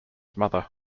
mother